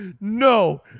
No